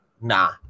Nah